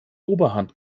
oberhand